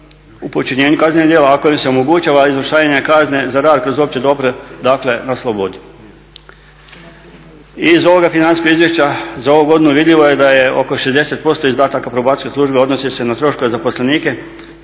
u počinjenju kaznenih djela ako im se omogućava izvršavanje kazne za rad kroz opće dobro, dakle na slobodi. I iz ovoga financijskoga izvješća za ovu godinu vidljivo je da je oko 60% izdataka probacijske službe odnosi se na troškove zaposlenike